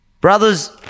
Brothers